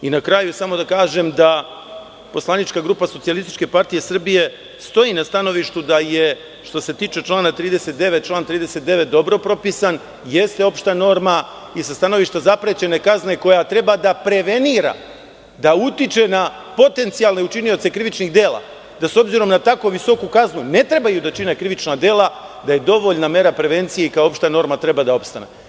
Na kraju samo da kažem da poslanička grupa SPS stoji na stanovištu da je, što se tiče člana 39, član 39. dobro propisan, jeste opšta norma i sa stanovišta zaprećene kazne, koja treba da prevenira, da utiče na potencijalne učinioce krivičnih da, da s obzirom na tako visoku kaznu ne trebaju da čine krivična dela, da je dovoljna mera prevencije i kao opšta norma treba da opstane.